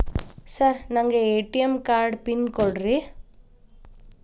Sir ನನಗೆ ATM card pin ಕೊಡ್ರಿ?